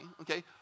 okay